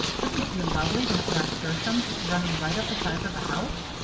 wouldn't it be lovely to have nasturtiums running right up the sides of the house?